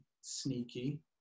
sneaky